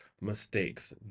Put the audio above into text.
mistakes